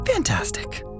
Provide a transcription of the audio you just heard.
Fantastic